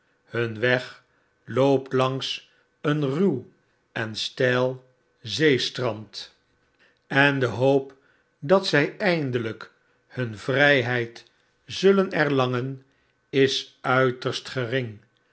hun weg loopt langs een ruw en steil zeestrand en de hoop dat zg eindelgk hun vrgheid zullen erlangen is uiterst gering